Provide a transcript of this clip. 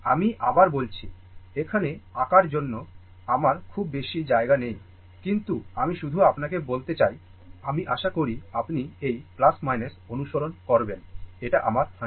আমি আবার বলছি এখানে আঁকার জন্য আমার খুব বেশি জায়গা নেই কিন্তু আমি শুধু আপনাকে বলতে চাই আমি আশা করি আপনি এই অনুসরণ করবেন এটা আমার 100 volt